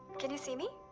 can you see me?